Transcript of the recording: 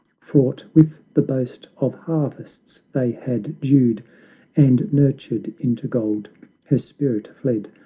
fraught with the boast of harvests they had dewed and nurtured into gold her spirit fled,